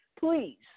Please